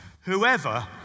whoever